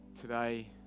today